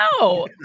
No